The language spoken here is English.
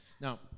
Now